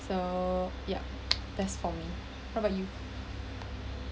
so yup best for me how about you